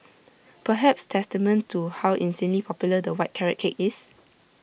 perhaps testament to how insanely popular the white carrot cake is